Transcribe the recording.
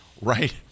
right